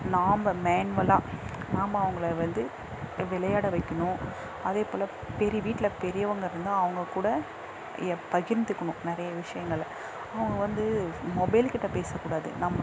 நாம் மேன்வலாக நாம் அவங்கள வந்து விளையாட வைக்கணும் அதேப்போல் பெரி வீட்டில் பெரியவங்க இருந்தால் அவங்க கூட எப் பகிர்ந்துக்கணும் நிறைய விஷயங்கள அவங்க வந்து மொபைல் கிட்டே பேசக்கூடாது நம்